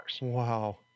Wow